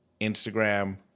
Instagram